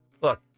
look